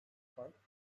fark